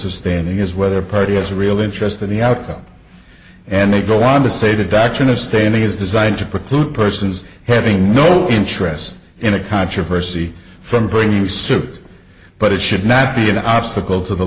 of standing is whether party has a real interest in the outcome and they go on to say the doctrine of standing is designed to preclude persons having no interest in a controversy from bringing the soup but it should not be an obstacle to the